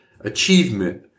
achievement